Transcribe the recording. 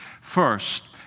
First